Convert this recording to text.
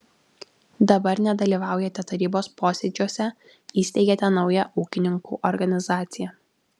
dabar nedalyvaujate tarybos posėdžiuose įsteigėte naują ūkininkų organizaciją